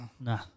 Nah